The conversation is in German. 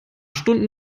stunden